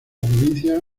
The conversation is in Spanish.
provincia